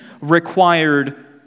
required